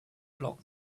block